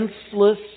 Senseless